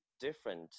different